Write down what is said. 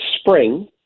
spring